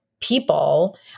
people